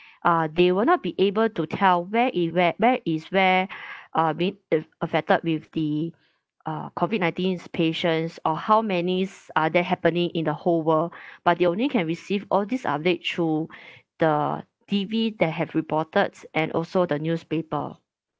uh they will not be able to tell where it where where is where uh being af~ affected with the uh COVID nineteen patients or how many s~ are there happening in the whole world but they only can receive all this update through the T_V that have reported and also the newspaper